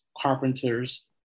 carpenters